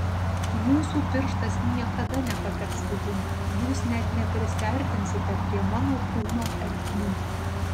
jūsų pirštas niekada nepateks vidun jūs net neprisiartinsite prie mano kūno ertmių